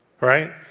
Right